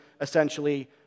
essentially